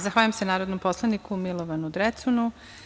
Zahvaljujem se narodnom poslaniku Milovanu Drecunu.